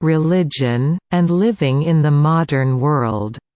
religion, and living in the modern world,